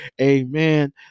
Amen